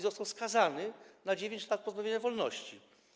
Został skazany na 9 lat pozbawienia wolności.